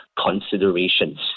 considerations